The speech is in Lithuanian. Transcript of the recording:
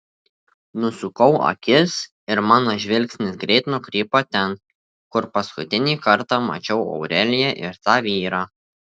nusukau akis ir mano žvilgsnis greit nukrypo ten kur paskutinį kartą mačiau aureliją ir tą vyrą